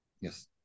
Yes